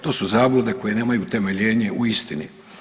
To su zablude koje nemaju utemeljenje u istini.